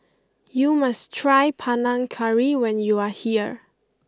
you must try Panang Curry when you are here